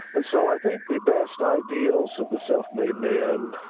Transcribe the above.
and so i think the best ideals of the self-made man